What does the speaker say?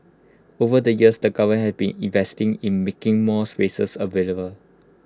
over the years the government has been investing in making more spaces available